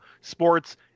sports